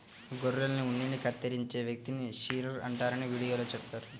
గొర్రెల ఉన్నిని కత్తిరించే వ్యక్తిని షీరర్ అంటారని వీడియోలో చెప్పారు